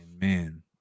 man